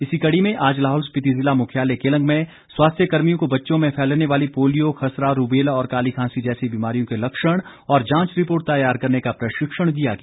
इसी कड़ी में आज लाहौल स्पिति जिला मुख्यालय केलंग में स्वास्थ्य कर्मियों को बच्चों में फैलने वाली पोलियो खसरा रूबेला और काली खांसी जैसी बीमारियों के लक्षण और जांच रिपोर्ट तैयार करने का प्रशिक्षण दिया गया